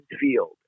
field